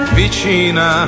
vicina